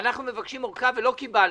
ואנחנו מבקשים אורכה ולא קיבלנו.